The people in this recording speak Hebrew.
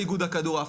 בא איגוד הכדורעף,